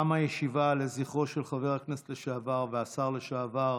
תמה הישיבה לזכרו של חבר הכנסת לשעבר והשר לשעבר